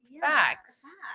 facts